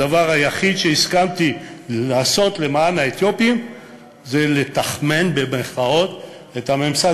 הדבר היחיד שהסכמתי לעשות למען האתיופים זה "לתכמן" את הממסד